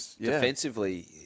defensively